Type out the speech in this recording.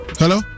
hello